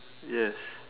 yes